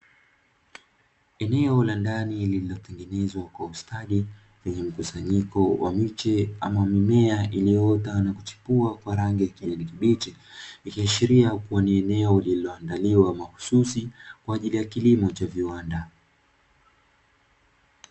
Eneo la ndani lililotengenezwa kwa ustadi lenye mkusanyiko wa miche ama mimea iliyoota na kuchipua kwa rangi ya kijani kibichi. Ikiashiria kua ni eneo lililoandaliwa mahususi kwa ajili ya kilimo cha viwanda.